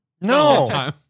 No